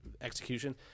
Execution